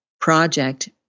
project